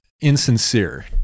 Insincere